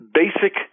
basic